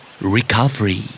Recovery